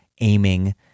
aiming